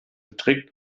trägt